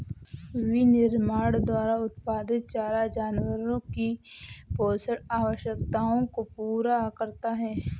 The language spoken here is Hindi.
विनिर्माण द्वारा उत्पादित चारा जानवरों की पोषण आवश्यकताओं को पूरा करता है